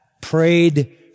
prayed